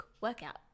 workout